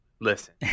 Listen